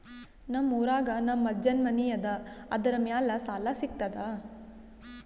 ನಮ್ ಊರಾಗ ನಮ್ ಅಜ್ಜನ್ ಮನಿ ಅದ, ಅದರ ಮ್ಯಾಲ ಸಾಲಾ ಸಿಗ್ತದ?